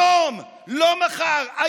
היום, לא מחר.